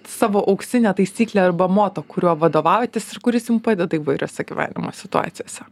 savo auksinę taisyklę arba moto kuriuo vadovaujatės ir kuris jum padeda įvairiose gyvenimo situacijose